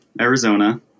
Arizona